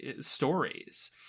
stories